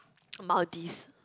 Maldives